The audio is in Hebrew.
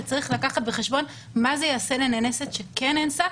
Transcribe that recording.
וצריך לקחת בחשבון מה זה יעשה לנאנסת שכן נאנסה,